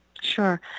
Sure